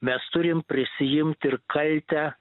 mes turim prisiimt ir kaltę